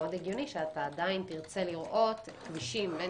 ומאוד הגיוני שאתה עדיין תרצה לראות כבישים בין